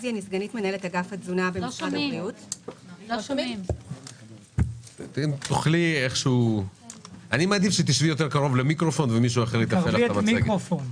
שמשרד הבריאות לא רק תומך בו אלא הוא גם דיבר עליו כמה שנים קודם,